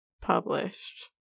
published